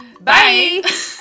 Bye